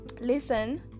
listen